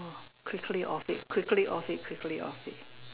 oh quickly off it quickly off it quickly off it